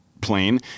plane